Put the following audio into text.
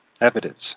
evidence